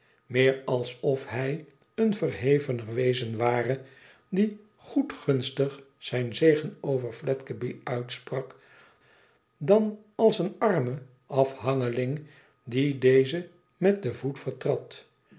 meer alsof hij een verhevener wezen ware die goedgunstig zijn zegen over fledgeby uitsprak dan als een arme afhangeling dien deze met den voet